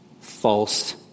false